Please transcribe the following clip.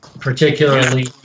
particularly